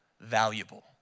valuable